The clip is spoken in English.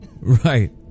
Right